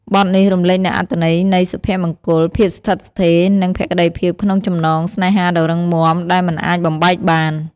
បទនេះរំលេចនូវអត្ថន័យនៃសុភមង្គល ភាពស្ថិតស្ថេរ និងភក្តីភាពក្នុងចំណងស្នេហាដ៏រឹងមាំ ដែលមិនអាចបំបែកបាន។